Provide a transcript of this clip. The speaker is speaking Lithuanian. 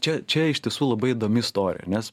čia čia iš tiesų labai įdomi istorija nes